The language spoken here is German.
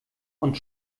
und